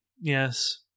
Yes